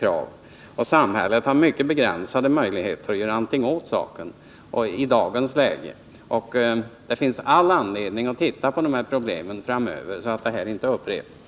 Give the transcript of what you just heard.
Samhället har tydligen mycket begränsade möjligheter att göra någonting åt saken i dagens läge. Det finns all anledning att titta på dessa problem framöver, så att detta inte upprepas.